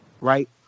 right